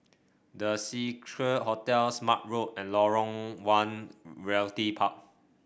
The Seacare Hotel Smart Road and Lorong One Realty Park